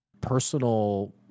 Personal